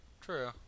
True